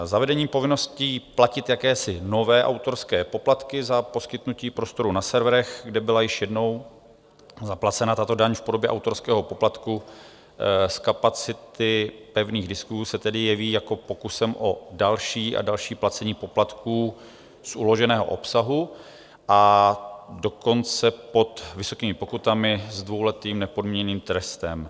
Zavedení povinnosti platit jakési nové autorské poplatky za poskytnutí prostoru na serverech, kde byla již jednou zaplacena tato daň v podobě autorského poplatku z kapacity pevných disků, se tedy jeví jako pokus o další a další placení poplatků z uloženého obsahu, a dokonce pod vysokými pokutami s dvouletým nepodmíněným trestem.